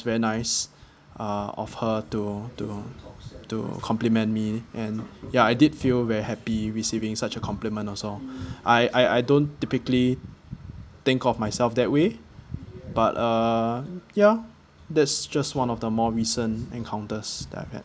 very nice uh of her to to to compliment me and ya I did feel very happy receiving such a compliment also I I don't typically think of myself that way but uh ya that's just one of the more recent encounters that I have